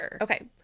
Okay